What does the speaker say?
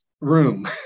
Room